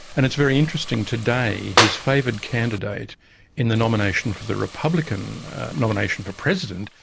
and it's very interesting today his favoured candidate in the nomination for the republican nomination for president,